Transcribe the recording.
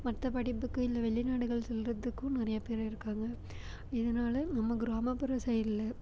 மற்ற படிப்புக்கு இல்லை வெளிநாடுகள் செல்கிறதுக்கும் நிறையா பேர் இருக்காங்கள் இதனால நம்ம கிராமப்புற சைடில்